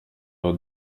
abo